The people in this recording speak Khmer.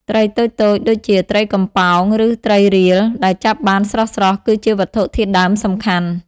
ត្រីតូចៗ ដូចជាត្រីកំប៉ោង ឬត្រីរៀល ដែលចាប់បានស្រស់ៗ គឺជាវត្ថុធាតុដើមសំខាន់។